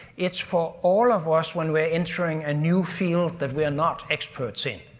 it's for all of us when we're entering a new field that we're not experts in.